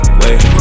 wait